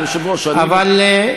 בבקשה, אדוני.